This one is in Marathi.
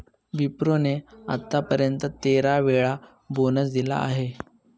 विप्रो ने आत्तापर्यंत तेरा वेळा बोनस दिला आहे